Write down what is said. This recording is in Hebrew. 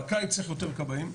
בקיץ צריך יותר כבאים,